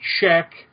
check